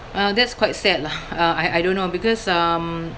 uh that's quite sad lah uh I I don't know because um